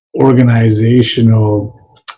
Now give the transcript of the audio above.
organizational